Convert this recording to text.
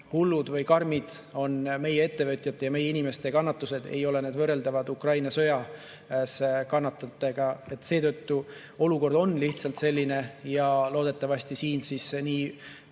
hullud või karmid on meie ettevõtjate ja meie inimeste kannatused, ei ole need võrreldavad Ukraina sõjas kannatanute omadega. Olukord lihtsalt on selline ja loodetavasti need